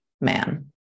man